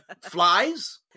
flies